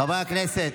חברי הכנסת,